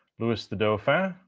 lewis the dauphin,